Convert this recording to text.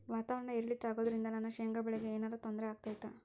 ವಾತಾವರಣ ಏರಿಳಿತ ಅಗೋದ್ರಿಂದ ನನ್ನ ಶೇಂಗಾ ಬೆಳೆಗೆ ಏನರ ತೊಂದ್ರೆ ಆಗ್ತೈತಾ?